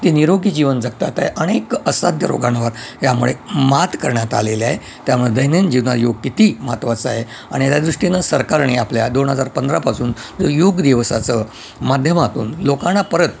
ते निरोगी जीवन जगतात आहे अनेक असाध्य रोगांवर यामुळे मात करण्यात आलेल्या आहे त्यामुळे दैनंदिन जीवनात योग किती महत्त्वाचा आहे आणि या दृष्टीने सरकारने आपल्या दोन हजार पंधरापासून जो योग दिवसाचं माध्यमातून लोकांना परत